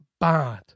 bad